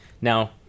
now